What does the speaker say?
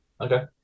Okay